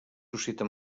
suscita